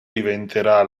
diventerà